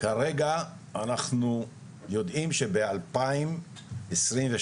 כרגע אנחנו יודעים שב-2022,